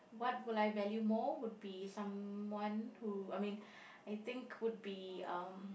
what would I value more would be someone who I mean I think would be um